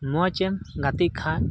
ᱢᱚᱡᱽ ᱮᱢ ᱜᱟᱛᱮᱜ ᱠᱷᱟᱱ